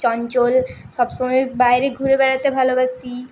চঞ্চল সবসময়ই বাইরে ঘুরে বেড়াতে ভালোবাসি